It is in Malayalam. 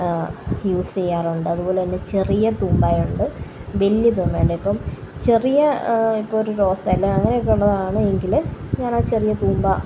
യൂസ് ചെയ്യാറുണ്ട് അതുപോലെതന്നെ ചെറിയ തൂമ്പ ഉണ്ട് വലിയ തൂമ്പ ഉണ്ട് ഇപ്പം ചെറിയ ഇപ്പോൾ ഒരു റോസ അല്ലേ അങ്ങനെയൊക്കെ ഉള്ളതാണ് എങ്കില് ഞാനത് ചെറിയ തൂമ്പ